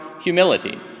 humility